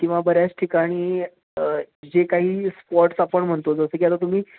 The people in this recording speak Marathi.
किंवा बऱ्याच ठिकाणी जे काही स्पॉट्स आपण म्हणतो जसं की आता तुम्ही